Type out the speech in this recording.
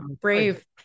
Brave